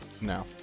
No